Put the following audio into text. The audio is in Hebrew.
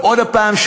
עוד הפעם,